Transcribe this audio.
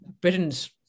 Britain's